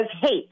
hate